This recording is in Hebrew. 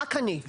רק אני,